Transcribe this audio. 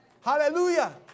Hallelujah